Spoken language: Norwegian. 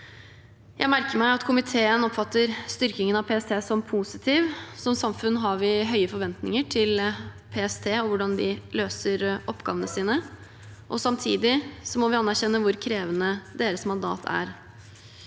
komiteen oppfatter styrkingen av PST som positiv. Som samfunn har vi høye forventninger til PST og hvordan de løser oppgavene sine. Samtidig må vi anerkjenne hvor krevende deres mandat er.